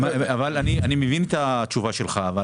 אני מבין את התשובה שלך.